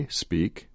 speak